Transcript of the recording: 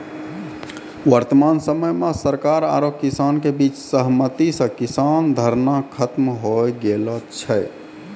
वर्तमान समय मॅ सरकार आरो किसान के बीच सहमति स किसान धरना खत्म होय गेलो छै